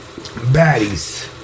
Baddies